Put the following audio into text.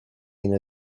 inner